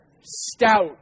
stout